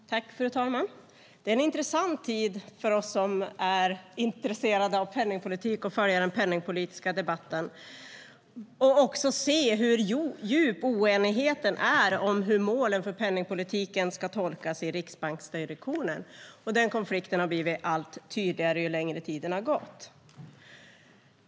Fru talman! Det är en intressant tid för oss som är intresserade av penningpolitik att följa den penningpolitiska debatten och att se hur djup oenigheten är om hur målen för penningpolitiken ska tolkas i riksbanksdirektionen. Den konflikten har blivit allt tydligare ju längre tiden har gått.